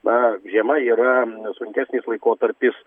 na žiema yra sunkesnis laikotarpis